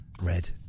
Red